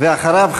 ואחריו,